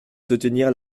soutenir